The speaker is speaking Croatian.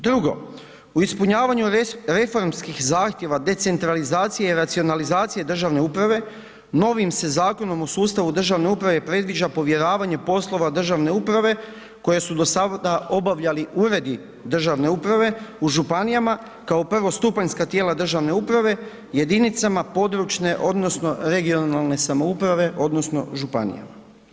Drugo, u ispunjavanju reformskih zahtjeva decentralizacije i racionalizacije državne uprave novim se zakonom u sustavu državne uprave predviđa povjeravanje poslova državne uprave koje su do sada obavljali uredi državne uprave u županijama kao prvostupanjska tijela državne uprave jedinicama područne odnosno regionalne samouprave odnosno županija.